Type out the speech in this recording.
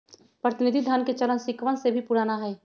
प्रतिनिधि धन के चलन सिक्कवन से भी पुराना हई